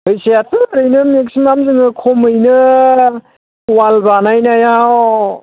फैसायाथ' ओरैनो मेक्सिमाम जोङो खमैनो वाल बानायनायाव